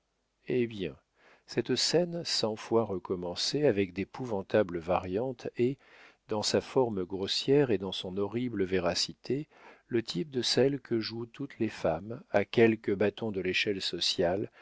hé bien cette scène cent fois recommencée avec d'épouvantables variantes est dans sa forme grossière et dans son horrible véracité le type de celles que jouent toutes les femmes à quelque bâton de l'échelle sociale